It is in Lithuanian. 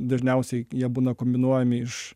dažniausiai jie būna kombinuojami iš